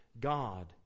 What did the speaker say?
God